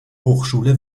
hochschule